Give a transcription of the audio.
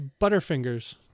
Butterfingers